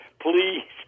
please